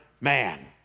man